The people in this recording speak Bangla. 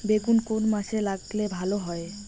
বেগুন কোন মাসে লাগালে ভালো হয়?